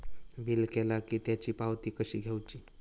Bill केला की त्याची पावती कशी घेऊची?